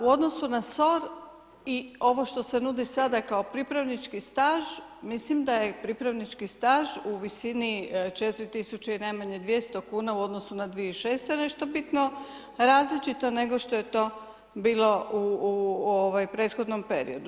A u odnosu na SOR i ovo što se nudi sada kao pripravnički staž, mislim da je pripravnički staž u visini 4 tisuće i najmanje 200 kuna u odnosu na 2600 nešto bitno različito nego što je to bilo u prethodnom periodu.